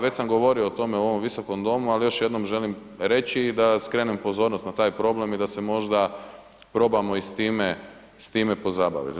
Već sam govorio o tome u ovom Visokom domu, ali još jednom želim reći i da skrenem pozornost na taj problem i da se možda probamo i s time pozabaviti.